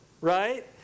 right